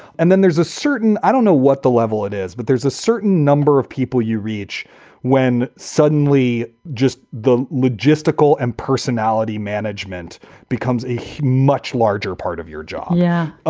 and then there's a certain i don't know what the level it is, but there's a certain number of people you reach when suddenly just the logistical and. personality management becomes a much larger part of your job. yeah,